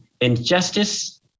injustice